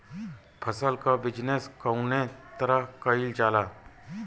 फसल क बिजनेस कउने तरह कईल जाला?